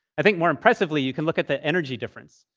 i think more impressively, you can look at the energy difference,